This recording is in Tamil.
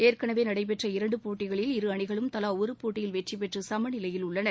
ஏற்கனவே நடைபெற்ற இரண்டு போட்டிகளில் இரு அணிகளும் தலா ஒரு போட்டியில் வெற்றி பெற்று சமநிலையில் உள்ளன